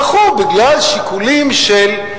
דחו בגלל שיקולים של,